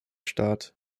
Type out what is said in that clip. staat